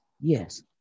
Yes